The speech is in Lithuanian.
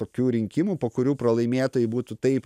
tokių rinkimų po kurių pralaimėtojai būtų taip